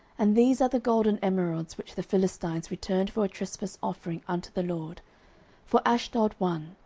and these are the golden emerods which the philistines returned for a trespass offering unto the lord for ashdod one,